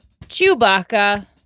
Chewbacca